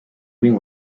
wing